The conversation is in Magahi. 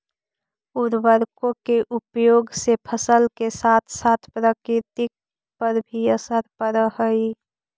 उर्वरकों के उपयोग से फसल के साथ साथ प्रकृति पर भी असर पड़अ हई